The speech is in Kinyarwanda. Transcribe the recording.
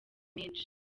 menshi